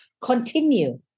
continue